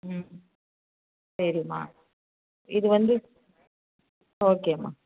ம் சரிமா இதுவந்து ஓகேம்மா